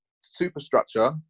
superstructure